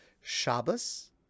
Shabbos